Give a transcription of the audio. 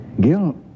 Gil